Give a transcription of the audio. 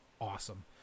awesome